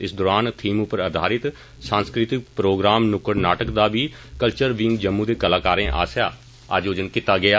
इस दौरान थीम पर आधारित सांस्कृतिक प्रोग्राम नुक्कड़ नाटक दा बी कल्वर्ल विंग जम्मू दे कलाकारें आस्सैआ आयोजन कीता गेआ